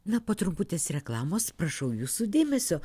na po trumputės reklamos prašau jūsų dėmesio